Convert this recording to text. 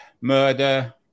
murder